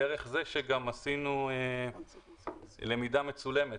דרך זה שגם עשינו למידה מצולמת.